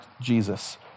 Jesus